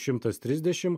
šimtas trisdešim